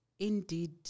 Indeed